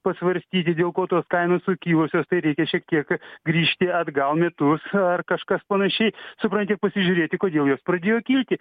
pasvarstyti dėl ko tos kainos sukilusios tai reikia šiek tiek grįžti atgal metus ar kažkas panašiai supranti pasižiūrėti kodėl jos pradėjo kilti